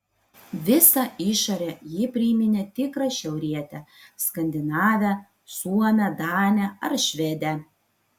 visa išore ji priminė tikrą šiaurietę skandinavę suomę danę ar švedę